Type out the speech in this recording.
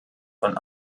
von